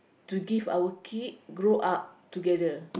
to give our kid grow up together